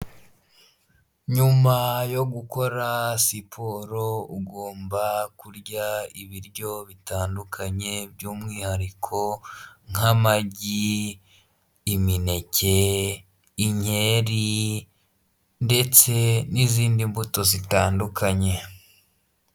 Nyuma yo gukora siporo, ugomba kurya ibiryo bitandukanye by'umwihariko nk'amagi, imineke, inkeri, ndetse n'izindi mbuto zitandukanye.